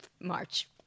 March